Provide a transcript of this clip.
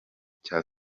cya